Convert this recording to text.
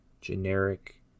generic